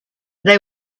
they